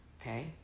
okay